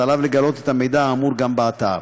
עליו לגלות את המידע האמור גם באתר.